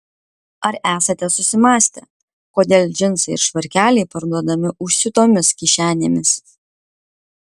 ar esate susimąstę kodėl džinsai ir švarkeliai parduodami užsiūtomis kišenėmis